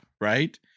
right